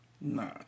Nah